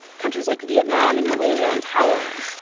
countries like vietnam and malaysia and thailand.